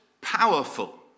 powerful